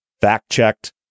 fact-checked